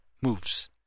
moves